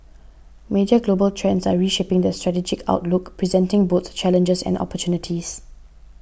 major global trends are reshaping the strategic outlook presenting both challenges and opportunities